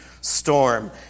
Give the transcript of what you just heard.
storm